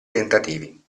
tentativi